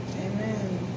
Amen